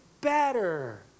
better